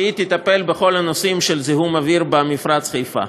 שהיא תטפל בכל הנושאים של זיהום אוויר במפרץ חיפה.